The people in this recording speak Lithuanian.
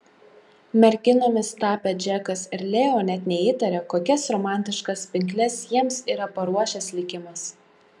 merginomis tapę džekas ir leo net neįtaria kokias romantiškas pinkles jiems yra paruošęs likimas